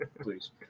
please